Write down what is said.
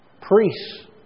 priests